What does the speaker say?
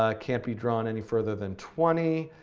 ah can't be drawn any further than twenty,